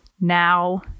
now